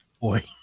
Boy